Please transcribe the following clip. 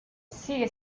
sigue